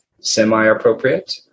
semi-appropriate